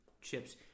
chips